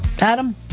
Adam